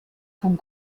von